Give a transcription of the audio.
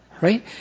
Right